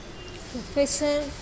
Professor